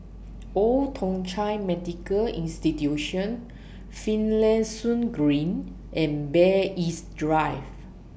Old Thong Chai Medical Institution Finlayson Green and Bay East Drive